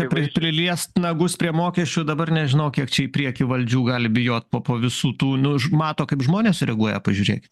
pri priliest nagus prie mokesčių dabar nežinau kiek čia į priekį valdžių gali bijot po po visų tų nu žmato kaip žmonės reaguoja pažiūrėkit